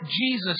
Jesus